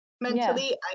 Mentally